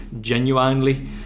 genuinely